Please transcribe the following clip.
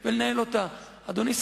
אדוני,